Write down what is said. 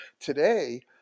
Today